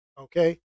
okay